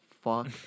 fuck